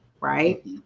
Right